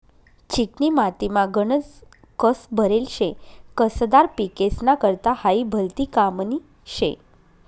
चिकनी मातीमा गनज कस भरेल शे, कसदार पिकेस्ना करता हायी भलती कामनी शे